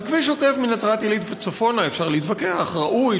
אז על כביש עוקף מנצרת-עילית צפונה אפשר להתווכח: ראוי?